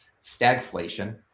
stagflation